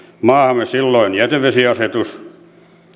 maahamme silloinen jätevesiasetus